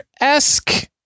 esque